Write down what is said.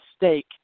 mistake